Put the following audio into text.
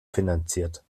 finanziert